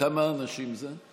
כמה אנשים זה?